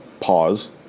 Pause